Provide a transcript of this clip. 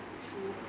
true